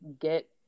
get